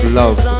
love